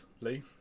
Lee